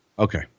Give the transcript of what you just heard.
Okay